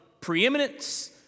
preeminence